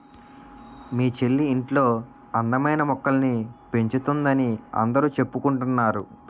మీ చెల్లి ఇంట్లో అందమైన మొక్కల్ని పెంచుతోందని అందరూ చెప్పుకుంటున్నారు